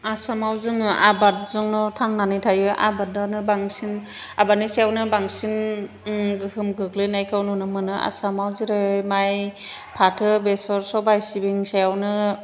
आसामाव जोङो आबादजोंनो थांनानै थायो आबादानो बांसिन आबादनि सायावनो बांसिन गोहोम गोग्लैनायखौ नुनो मोनो आसामाव जेरै माइ फाथो बेसर सबाइ सिबिंनि सायावनो